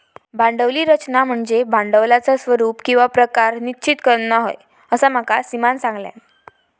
भांडवली रचना म्हनज्ये भांडवलाचा स्वरूप किंवा प्रकार निश्चित करना होय, असा माका सीमानं सांगल्यान